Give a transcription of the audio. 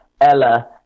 Ella